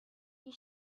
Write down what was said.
you